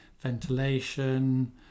ventilation